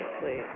please